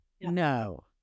No